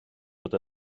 fod